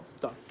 done